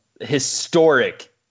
historic